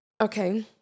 Okay